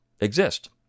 exist